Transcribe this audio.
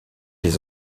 les